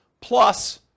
plus